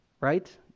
right